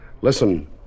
Listen